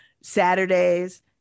Saturdays